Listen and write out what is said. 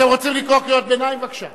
אתם רוצים לקרוא קריאות ביניים, בבקשה.